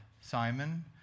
Simon